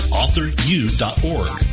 authoru.org